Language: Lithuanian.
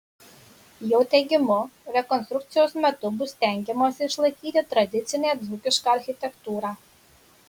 jo teigimu rekonstrukcijos metu bus stengiamasi išlaikyti tradicinę dzūkišką architektūrą